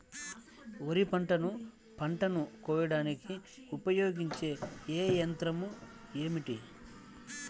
వరిపంటను పంటను కోయడానికి ఉపయోగించే ఏ యంత్రం ఏమిటి?